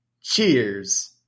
Cheers